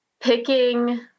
picking